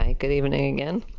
ah good evening. and